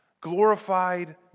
glorified